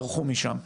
ברחו משם,